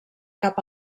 cap